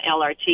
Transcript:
LRT